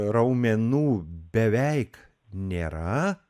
raumenų beveik nėra